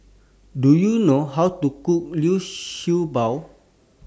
Do YOU know How to Cook Liu Sha Bao